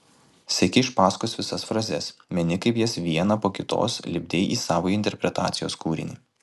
seki iš paskos visas frazes meni kaip jas vieną po kitos lipdei į savąjį interpretacijos kūrinį